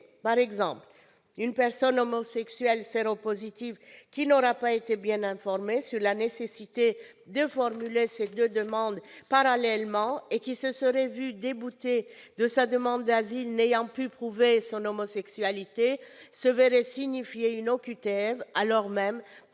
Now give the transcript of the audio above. Par exemple, une personne homosexuelle séropositive qui n'aurait pas été bien informée sur la nécessité de formuler ses deux demandes parallèlement et qui se serait vu déboutée de sa demande d'asile, n'ayant pu « prouver » son homosexualité, se verrait signifier une obligation de